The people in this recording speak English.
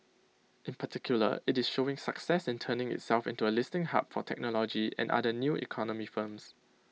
in particular IT is showing success in turning itself into A listing hub for technology and other new economy firms